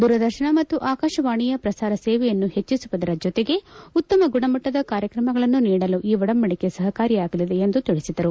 ದೂರದರ್ಶನ ಮತ್ತು ಆಕಾಶವಾಣಿಯ ಪ್ರಸಾರ ಸೇವೆಯನ್ನು ಹೆಚ್ಚಿಸುವುದರ ಜೊತೆಗೆ ಉತ್ತಮ ಗುಣಮಟ್ಟದ ಕಾರ್ಯಕ್ರಮಗಳನ್ನು ನೀಡಲು ಈ ಒಡಂಬಡಿಕೆ ಸಹಕಾರಿಯಾಗಲಿದೆ ಎಂದರು